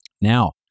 Now